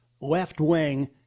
left-wing